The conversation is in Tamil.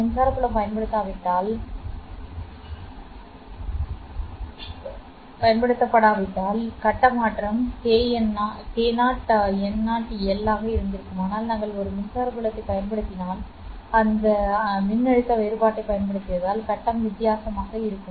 மின்சார புலம் பயன்படுத்தப்படாவிட்டால் கட்ட மாற்றம் k0n0L ஆக இருந்திருக்கும் ஆனால் நாங்கள் ஒரு மின்சார புலத்தைப் பயன்படுத்தினோம் அல்லது மின்னழுத்த வேறுபாட்டைப் பயன்படுத்தியதால் கட்டம் வித்தியாசமாக இருக்கும்